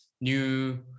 new